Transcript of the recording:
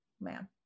man